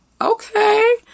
Okay